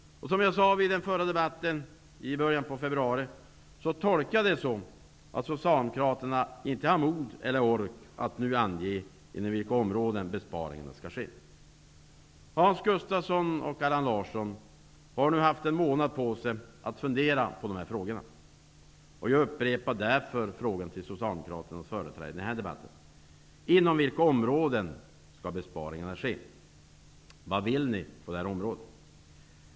Som jag sade i den allmänpolitiska debatten i början av februari tolkar jag det så att Socialdemokraterna inte har mod eller ork att nu ange inom vilka områden besparingarna skall ske. Hans Gustafsson och Allan Larsson har nu haft en månad på sig att fundera på dessa frågor. Jag upprepar därför mina frågor till Socialdemokraternas företrädare i den här debatten: Inom vilka områden skall besparingarna ske? Vad vill ni på det här området?